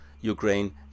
Ukraine